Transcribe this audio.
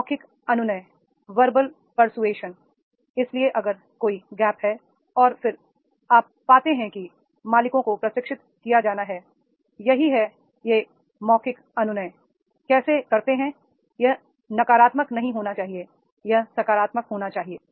मौखिक अनुनय i इसलिए अगर कोई गैप है और फिर आप पाते हैं कि मालिकों को प्रशिक्षित किया जाना है यही है मौखिक अनुनय कैसे करते हैं यह नकारात्मक नहीं होना चाहिए यह सकारात्मक होना चाहिए